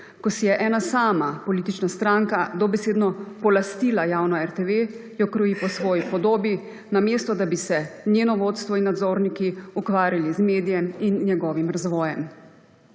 ko si je ena sama politična stranka dobesedno polastila javno RTV, jo kroji po svoji podobi, namesto da bi se njeno vodstvo in nadzorniki ukvarjali z medijem in njegovim razvojem.